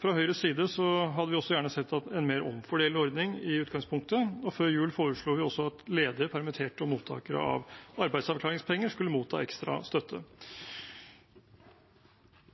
Fra Høyres side hadde vi også gjerne sett en mer omfordelende ordning i utgangspunktet. Før jul foreslo vi også at ledige, permitterte og mottakere av arbeidsavklaringspenger skulle motta ekstra støtte.